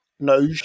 No